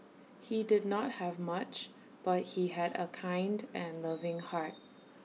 he did not have much but he had A kind and loving heart